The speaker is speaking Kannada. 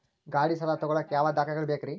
ಗಾಡಿ ಸಾಲ ತಗೋಳಾಕ ಯಾವ ದಾಖಲೆಗಳ ಬೇಕ್ರಿ?